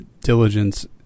diligence